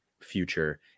future